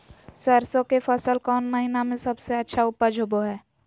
सरसों के फसल कौन महीना में सबसे अच्छा उपज होबो हय?